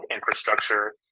infrastructure